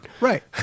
Right